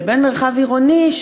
לבין מרחב עירוני.